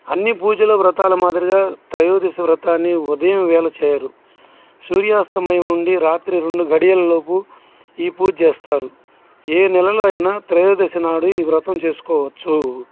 అన్నీ పూజల వ్రతాల మాదిరిగా త్రయోదశి వ్రతాన్ని ఉదయం వేళ చేయరు సూర్యాస్తమయం నుండి రాత్రి రెండు గడియల లోపు ఈ పూజ చేస్తారు ఏ నెలలోనైనా త్రయోదశి నాడు ఈ వ్రతం చేసుకోవచ్చు